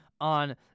on